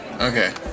Okay